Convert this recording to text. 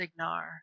Signar